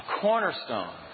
cornerstone